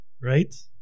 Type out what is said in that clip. right